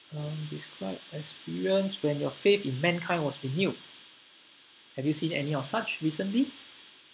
um describe experience when your faith in mankind was renewed have you seen any of such recently